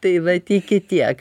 tai vat iki tiek